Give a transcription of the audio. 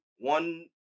One